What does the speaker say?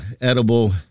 edible